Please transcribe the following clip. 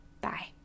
Bye